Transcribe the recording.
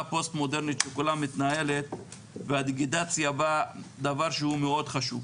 פוסט-מודרנית והדיגיטציה שהוא דבר מאוד חשוב.